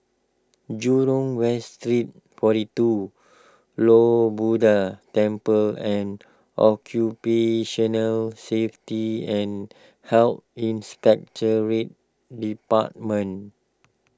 Jurong West Street forty two Lord Buddha Temple and Occupational Safety and Health Inspectorate Department